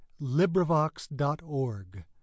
LibriVox.org